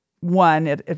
one